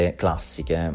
classiche